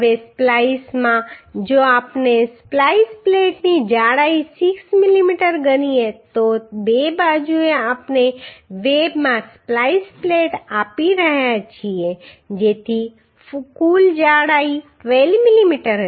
હવે સ્પ્લાઈસમાં જો આપણે સ્પ્લાઈસ પ્લેટની જાડાઈ 6 મીમી ગણીએ તો બે બાજુએ આપણે વેબમાં સ્પ્લાઈસ પ્લેટ આપી છે જેથી કુલ જાડાઈ 12 મીમી હશે